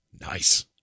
Nice